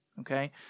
okay